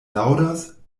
laŭdas